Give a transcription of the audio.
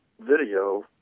video